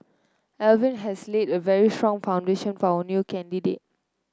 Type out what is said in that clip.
Alvin has laid a very strong foundation for our new candidate